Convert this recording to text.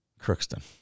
Crookston